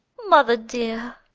mother dear!